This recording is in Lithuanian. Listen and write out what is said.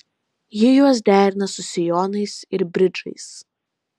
ji juos derina su sijonais ir bridžais